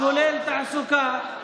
כולל תעסוקה,